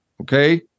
Okay